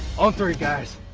on three guys!